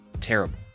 Terrible